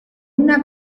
una